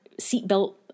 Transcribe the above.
seatbelt